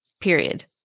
Period